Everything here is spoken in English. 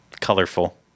colorful